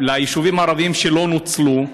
ליישובים הערביים שלא נוצלו,